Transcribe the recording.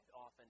often